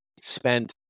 spent